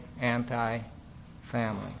anti-family